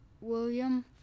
William